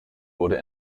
wurde